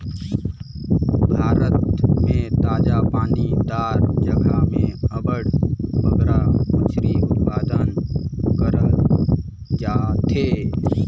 भारत में ताजा पानी दार जगहा में अब्बड़ बगरा मछरी उत्पादन करल जाथे